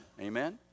amen